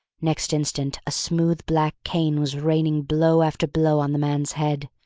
next instant a smooth black cane was raining blow after blow on the man's head.